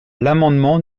l’amendement